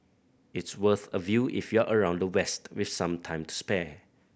it's worth a view if you're around the west with some time to spare